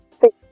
fish